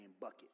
bucket